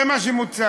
זה מה שמוצע.